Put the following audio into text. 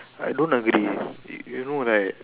I don't agree you know right